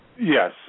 yes